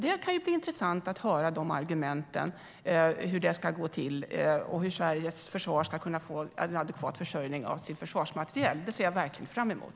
Det kan bli intressant att höra argumenten, hur detta ska gå till och hur Sveriges försvar ska kunna få en adekvat försörjning av försvarsmateriel. Det ser jag verkligen fram emot.